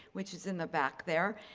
which is in the back there.